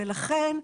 ולכן,